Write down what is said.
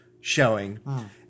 showing